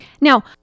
Now